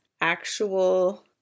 actual